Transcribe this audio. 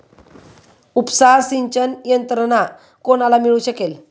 उपसा सिंचन यंत्रणा कोणाला मिळू शकेल?